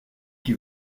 qui